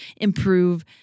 improve